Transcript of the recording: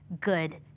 good